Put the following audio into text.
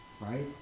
right